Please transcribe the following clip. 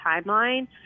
timeline